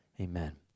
Amen